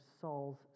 Saul's